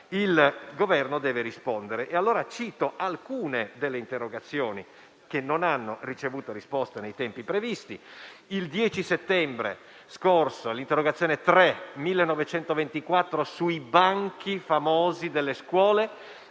il Governo deve rispondere.